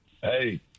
hey